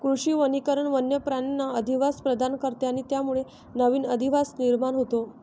कृषी वनीकरण वन्य प्राण्यांना अधिवास प्रदान करते आणि त्यामुळे नवीन अधिवास निर्माण होतो